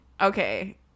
okay